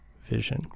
vision